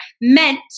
meant